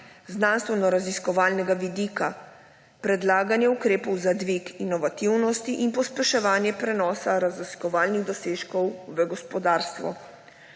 znanstvenoraziskovalnega vidika, predlaganje ukrepov za dvig inovativnosti in pospeševanje prenosa raziskovalnih dosežkov v gospodarstvo.